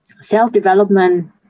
self-development